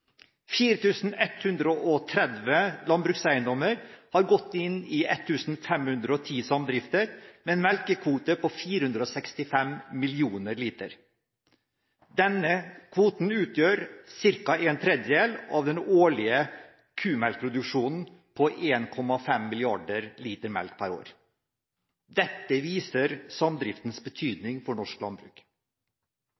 landbrukseiendommer har gått inn i 1 510 samdrifter med en melkekvote på 465 millioner liter. Denne kvoten utgjør ca. en tredjedel av den årlige kumelkproduksjonen på